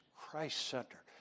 Christ-centered